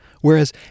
whereas